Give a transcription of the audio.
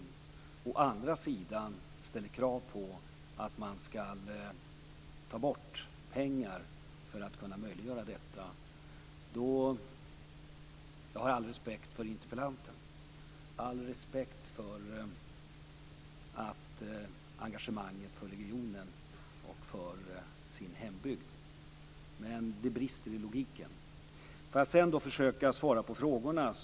Å andra sidan ställer man krav på att ta bort pengar som möjliggör detta. Jag har all respekt för interpellanten, all respekt för engagemanget för regionen och hembygden, men det brister i logiken. Så skall jag försöka svara på frågorna.